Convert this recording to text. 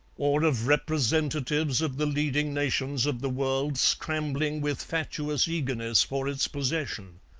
or of representatives of the leading nations of the world scrambling with fatuous eagerness for its possession.